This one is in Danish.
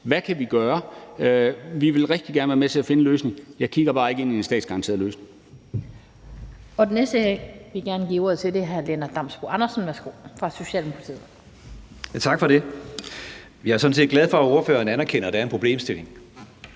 Hvad kan vi gøre? Vi vil rigtig gerne være med til at finde en løsning – jeg kigger bare ikke ind i en løsning